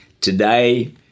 today